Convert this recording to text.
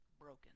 broken